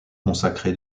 consacré